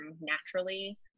naturally